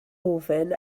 ofyn